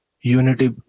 unity